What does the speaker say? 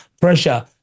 pressure